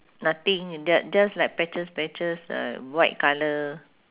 nothing j~ just like patches patches uh white colour